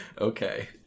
Okay